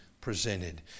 presented